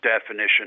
definition